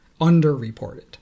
underreported